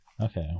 Okay